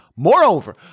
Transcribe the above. Moreover